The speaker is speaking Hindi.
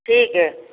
ठीक है